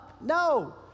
No